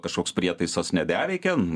kažkoks prietaisas nebeveikia